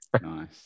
Nice